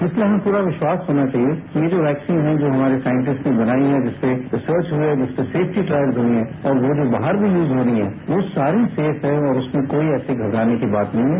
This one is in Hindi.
इसलिए हमें पूरा विश्वास होना चाहिए कि ये जो वैक्सीन हैं जो हमारे साइंटिस्ट्स ने बनाई हैं जिसपर रिसर्च हुई हैं जिसपर सेफ्टी ट्रायल्स हुए हैं और वो जो बाहर भी यूज होनी हैं वो सारी सेफ हैं और उसमें कोई ऐसी घबराने वाली बात नहीं हैं